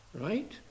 right